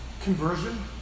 conversion